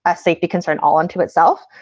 ah safety concern all unto itself.